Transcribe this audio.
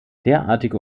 derartige